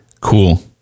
Cool